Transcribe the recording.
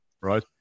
right